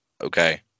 Okay